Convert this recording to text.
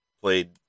played